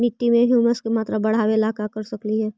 मिट्टी में ह्यूमस के मात्रा बढ़ावे ला का कर सकली हे?